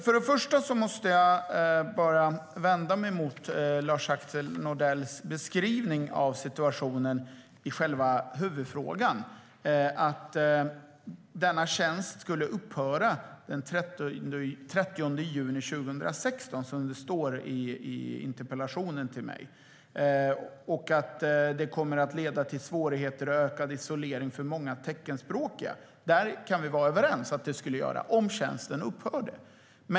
Först och främst måste jag vända mig mot Lars-Axel Nordells beskrivning av situationen i själva huvudfrågan att denna tjänst skulle upphöra den 30 juni 2016, som det står i interpellationen till mig, och att det kommer att leda till många svårigheter och ökad isolering för många teckenspråkiga. Det kan vi vara överens om att det skulle göra, om tjänsten upphörde.